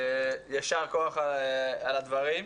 יישר כוח על הדברים.